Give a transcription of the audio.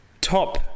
top